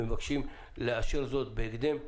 ומבקשים לאשר זאת בהקדם,